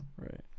Right